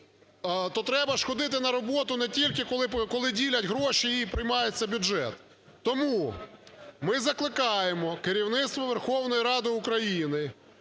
треба ж ходити на роботу не тільки, коли ділять гроші і приймається бюджет. Тому ми закликаємо керівництво Верховної Ради України